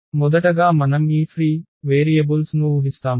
మొదటగా మనం ఈ ఫ్రీ వేరియబుల్స్ ను ఊహిస్తాము